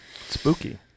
Spooky